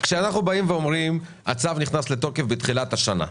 כשאנחנו אומרים שהצו נכנס לתוקף בתחילת השנה,